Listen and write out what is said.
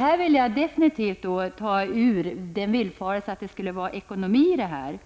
Jag vill definitivt dementera att det skulle finnas ekonomiska skäl